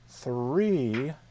Three